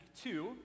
two